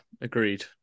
agreed